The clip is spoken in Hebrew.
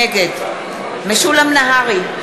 נגד משולם נהרי,